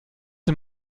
mir